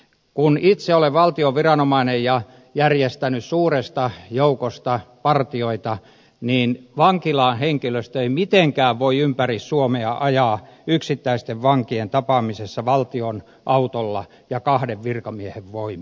kun itse olen valtion viranomainen ja järjestänyt suuresta joukosta partioita niin vankilan henkilöstö ei mitenkään voi ympäri suomea ajaa yksittäisten vankien tapaamisessa valtion autolla ja kahden virkamiehen voimin